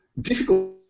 difficult